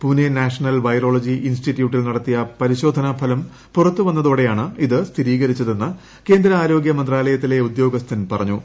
Pune national virology ഇൻസ്റ്റിറ്റ്യൂട്ടിൽ നടത്തിയ പരിശോധനാ ഫലം പുറത്ത് വന്നതോടെയാണ് ഇത് സ്ഥിരീകരിച്ചതെന്ന് കേന്ദ്ര ആരോഗ്യമന്ത്രാലയത്തിലെ ഉദ്യോഗസ്ഥൻ പറഞ്ഞു